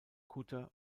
kutter